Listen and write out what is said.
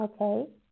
Okay